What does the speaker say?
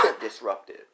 disruptive